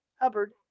Hubbard